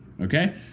Okay